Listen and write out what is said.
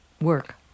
work